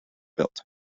built